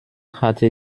hatte